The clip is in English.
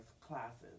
classes